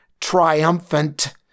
triumphant